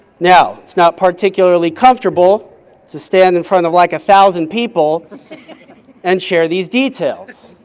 now, it's not particularly comfortable to stand in front of like a thousand people and share these details,